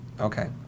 Okay